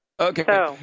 Okay